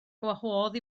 gwahodd